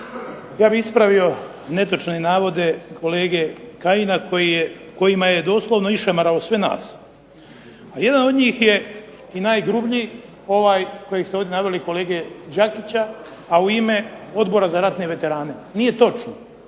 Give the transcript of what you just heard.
Ja bih ispravio netočne navode kolege Kajina kojima je doslovno išamarao sve nas. A jedan od njih je i najgrublji ovaj koji ste ovdje naveli kolege Đakića, a u ime Odbora za ratne veterane. Nije točno!